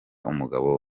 umugabo